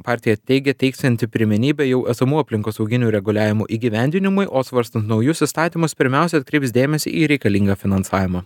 partija teigia teiksianti pirmenybę jau esamų aplinkosauginių reguliavimų įgyvendinimui o svarstant naujus įstatymus pirmiausia atkreips dėmesį į reikalingą finansavimą